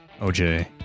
OJ